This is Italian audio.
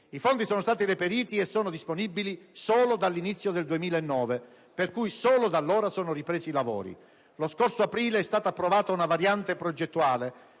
I fondi sono stati reperiti e sono disponibili solo dall'inizio del 2009 per cui solo da allora sono ripresi i lavori. Lo scorso aprile è stata approvata una variante progettuale